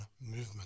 movement